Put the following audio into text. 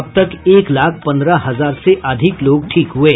अब तक एक लाख पन्द्रह हजार से अधिक लोग ठीक हुये